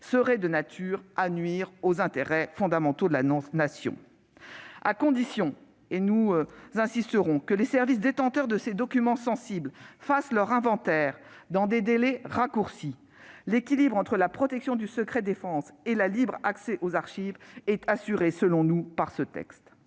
serait de nature à nuire aux intérêts fondamentaux de la Nation. À condition- nous y insisterons -que les services détenteurs de ces documents sensibles fassent leur inventaire dans des délais raccourcis, l'équilibre entre la protection du secret-défense et le libre accès aux archives est, selon nous, assuré par ce texte.